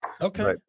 okay